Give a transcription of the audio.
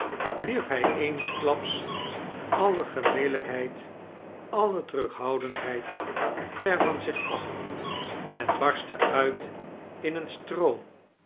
hij eensklape alle gemelijkheid alle terughoudendheid ver van zich af en barstte uit in een stroom